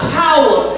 power